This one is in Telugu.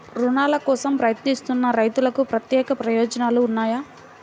రుణాల కోసం ప్రయత్నిస్తున్న రైతులకు ప్రత్యేక ప్రయోజనాలు ఉన్నాయా?